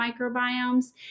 microbiomes